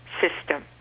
system